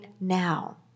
now